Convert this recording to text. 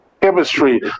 chemistry